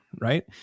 right